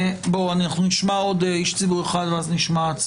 אנחנו נשמע עוד איש ציבור אחד ואז נשמע...